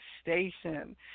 Station